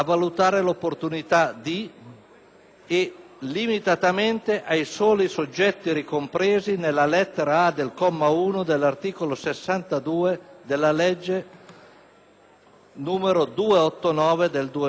limitatamente ai soli soggetti ricompresi nella lettera a) del comma 1 dell'articolo 62 della legge n. 289 del 2002,